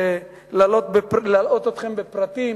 ולהלאות אתכם בפרטים